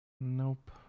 Nope